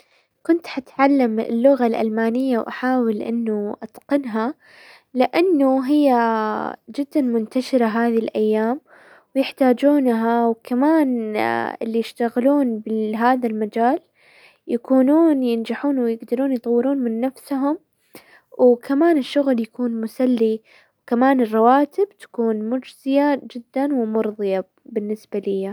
كنت حتعلم اللغة الالمانية واحاول انه اتقنها لانه هي جدا منتشرة هذي الايام، ويحتاجونها وكمان اللي يشتغلون بهذا المجال يكونون ينجحون ويقدر يطورون من نفسهم، وكمان الشغل يكون مسلي، وكمان الرواتب تكون مجزية جدا ومرضية بالنسبة ليا.